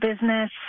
business